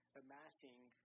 amassing